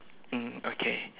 mm okay